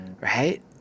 Right